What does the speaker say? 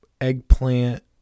eggplant